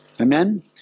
Amen